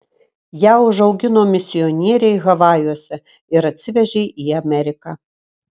ją užaugino misionieriai havajuose ir atsivežė į ameriką